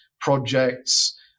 projects